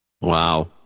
Wow